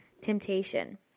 temptation